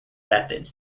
methods